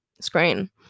screen